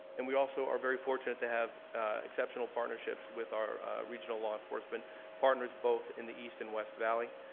and we also are very fortunate to have exceptional partnerships with our regional law enforcement partners both in the east and west valley.